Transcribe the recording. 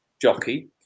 jockey